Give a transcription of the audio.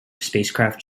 spacecraft